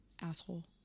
asshole